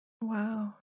Wow